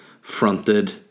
fronted